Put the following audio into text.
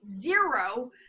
zero